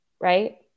right